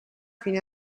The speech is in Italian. fine